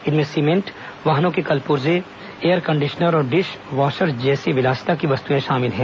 इनमें सीमेंट वाहनों के कल पुर्जे एयर कंडीशनर और डिशवाशर जैसी विलासिता की वस्तुएं शामिल हैं